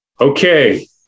Okay